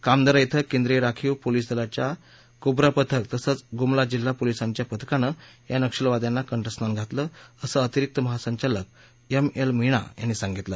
कामदरा कें केंद्रीय राखीव पोलीस दलाच्या कोब्रा पथक तसंच गुमला जिल्हा पोलीसांच्या पथकानं या नक्षलवाद्यांनी कंठस्नान घातलं असं अतिरिक्त महासंचालक एम एल मीणा यांनी सांगितलं